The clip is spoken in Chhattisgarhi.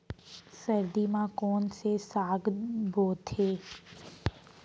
सर्दी मा कोन से साग बोथे?